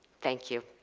thank you.